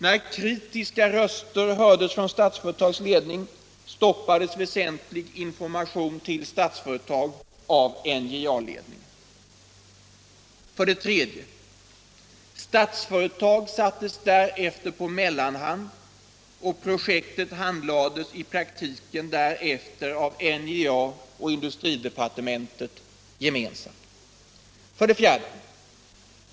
När kritiska röster hördes från Statsföretags ledning stoppades väsentlig information till Statsföretag av NJA-ledningen. 3. Statsföretag sattes därefter på mellanhand, och projektet handlades sedan i praktiken av NJA och industridepartementet gemensamt. 4.